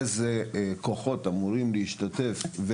איזה כוחות אמורים להשתתף,